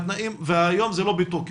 והיום זה לא בתוקף.